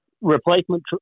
Replacement